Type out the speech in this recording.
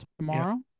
tomorrow